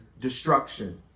destruction